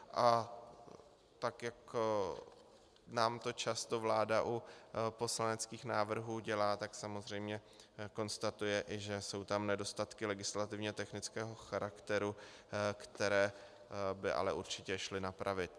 A tak jak nám to často vláda u poslaneckých návrhů dělá, samozřejmě konstatuje, že jsou tam nedostatky legislativně technického charakteru, které by ale určitě šly napravit.